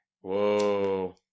Whoa